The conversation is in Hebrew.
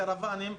קרוואנים,